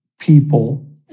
people